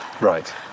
Right